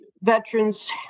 veterans